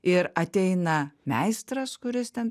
ir ateina meistras kuris ten